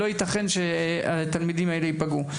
לא ייתכן שהתלמידים האלה יפגעו,